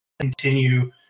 continue